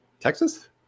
Texas